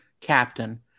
captain